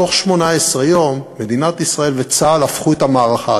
בתוך 18 יום מדינת ישראל וצה"ל הפכו את המערכה.